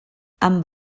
amb